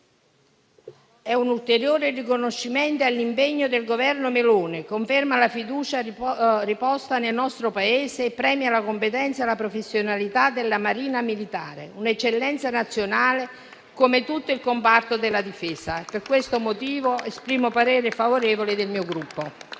è un ulteriore riconoscimento dell'impegno del Governo Meloni, conferma la fiducia riposta nel nostro Paese e premia la competenza e la professionalità della Marina militare, un'eccellenza nazionale, come tutto il comparto della Difesa. Per questo motivo annuncio il voto favorevole del mio Gruppo.